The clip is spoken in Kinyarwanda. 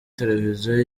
tereviziyo